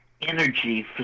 energy